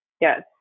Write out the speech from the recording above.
yes